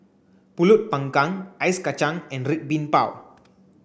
Pulut panggang Ice Kacang and Red Bean Bao